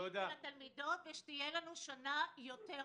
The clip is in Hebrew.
לתלמידים ולתלמידות, ושתהיה לנו שנה יותר טובה.